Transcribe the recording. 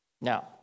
Now